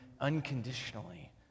unconditionally